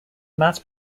mass